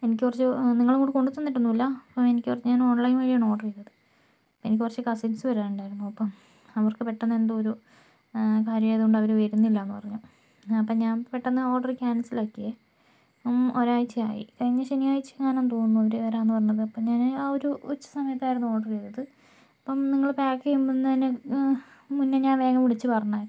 എനിക്ക് കുറച്ചു നിങ്ങളിങ്ങോട്ട് കൊണ്ടുത്തന്നിട്ടൊന്നുമില്ല അപ്പോൾ എനിക്ക് കുറച്ച് ഞാന് ഓണ്ലൈന് വഴിയാണ് ഓര്ഡര് ചെയ്തത് എനിക്ക് കുറച്ച് കസിന്സ് വരാന് ഉണ്ടായിരുന്നു അപ്പോൾ അവര്ക്ക് പെട്ടന്ന് എന്തോ ഒരു കാര്യം ആയതുകൊണ്ട് അവര് വരുന്നില്ലയെന്ന് പറഞ്ഞു അപ്പോൾ ഞാന് പെട്ടന്ന് ഓര്ഡർ ക്യാന്സര് ആക്കിയേ ഒരാഴ്ചയായി കഴിഞ്ഞ ശനിയാഴ്ച ആണെന്ന് തോന്നുന്നു അവര് വരാമെന്ന് പറഞ്ഞത് അപ്പോൾ ഞാൻ ആ ഒരു ഉച്ചസമയത്തായിരുന്നു ഓര്ഡർ ചെയ്തത് അപ്പോൾ നിങ്ങള് പാക്ക് ചെയ്യുന്നതിന് മുന്നേ ഞാന് വേഗം വിളിച്ചു പറഞ്ഞിരുന്നു